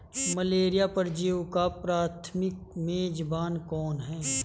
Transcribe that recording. Malaria परजीवी का प्राथमिक मेजबान कौन है?